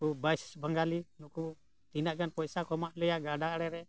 ᱵᱟᱹᱭᱤᱥ ᱵᱟᱝᱜᱟᱞᱤ ᱱᱩᱠᱩ ᱛᱤᱱᱟᱹᱜ ᱜᱟᱱ ᱯᱚᱭᱥᱟ ᱠᱚ ᱮᱢᱟᱜ ᱞᱮᱭᱟ ᱜᱟᱰᱟ ᱟᱲᱮᱨᱮ